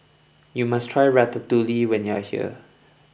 you must try Ratatouille when you are here